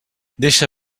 deixa